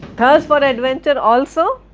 thirst for adventure also,